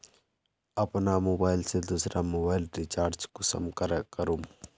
अपना मोबाईल से दुसरा मोबाईल रिचार्ज कुंसम करे करूम?